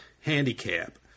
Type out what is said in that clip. handicap